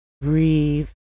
breathe